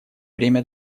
время